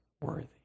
worthy